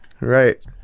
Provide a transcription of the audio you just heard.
Right